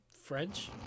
French